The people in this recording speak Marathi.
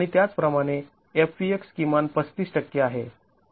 आणि त्याच प्रमाणे F p x किमान ३५ टक्के आहे